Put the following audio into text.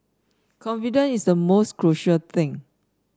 confidence is the most crucial thing